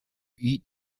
eat